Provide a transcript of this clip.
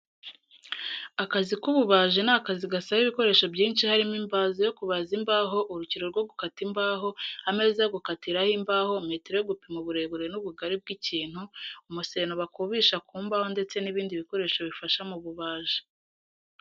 Akazi k'ububaji ni akazi gasaba ibikoresho byinshi harimo imbazo yo kubaza imbaho, urukero rwo gukata imbaho, ameza yo gukatiraho imbaho, metero yo gupima uburebure n'ubugari bw'ikintu, umuseno bakubisha ku mbahondetse n'bindi bikoresho bifasha mu bubaji.